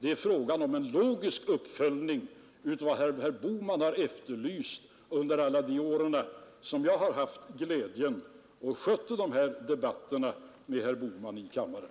Det är fråga om en logisk uppföljning av vad herr Bohman har efterlyst under alla de år jag har haft glädjen att föra dessa debatter med herr Bohman i kammaren.